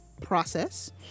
process